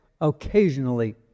occasionally